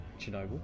Chernobyl